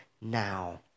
now